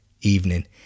evening